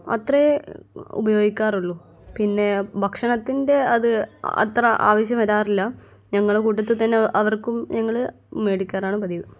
അത്രയേ ഉപയോഗിക്കാറുള്ളൂ പിന്നെ ഭക്ഷണത്തിൻ്റെ അത് അത്ര ആവശ്യം വരാറില്ല ഞങ്ങളുടെ കൂട്ടത്തിൽ തന്നെ അവർക്കും ഞങ്ങൾ മേടിക്കാറാണ് പതിവ്